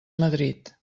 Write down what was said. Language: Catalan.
madrid